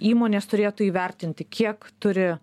įmonės turėtų įvertinti kiek turi